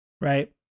Right